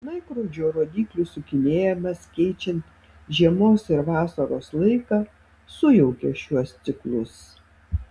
laikrodžio rodyklių sukinėjimas keičiant žiemos ir vasaros laiką sujaukia šiuos ciklus